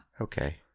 okay